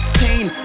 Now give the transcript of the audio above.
pain